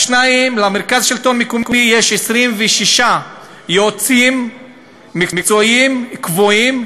2. למרכז השלטון המקומי יש 26 יועצים מקצועיים קבועים,